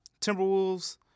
Timberwolves